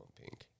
pink